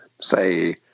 say